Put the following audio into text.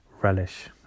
relish